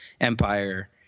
Empire